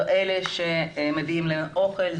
אלה שהם מביאים להם אוכל,